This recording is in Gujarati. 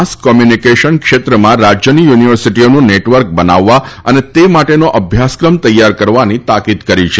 ને માસ કમ્યુનિકેશનના ક્ષેત્રમાં રાજ્યની યુનિવર્સિટીઓનું નેટવર્ક બનાવવા અને તે માટેનો અભ્યાસક્રમ તૈયાર કરવા તાકીદ કરી છે